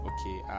Okay